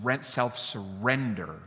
self-surrender